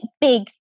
big